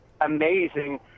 amazing